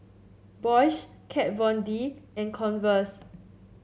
Bosch Kat Von D and Converse